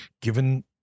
given